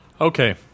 Okay